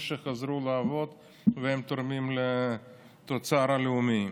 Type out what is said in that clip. שחזרו לעבוד והם תורמים לתוצר הלאומי,